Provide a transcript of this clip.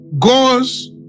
Goes